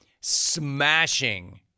smashing